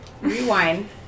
Rewind